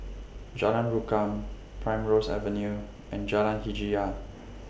Jalan Rukam Primrose Avenue and Jalan Hajijah